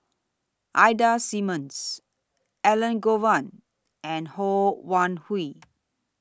Ida Simmons Elangovan and Ho Wan Hui